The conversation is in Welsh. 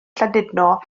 llandudno